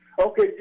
Okay